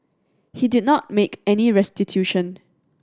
he did not make any restitution